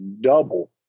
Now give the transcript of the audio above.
double